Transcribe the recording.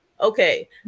Okay